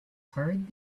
heard